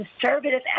conservative